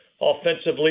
offensively